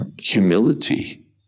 humility